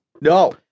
No